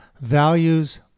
values